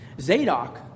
Zadok